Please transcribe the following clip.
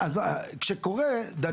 כשקורה, דנים.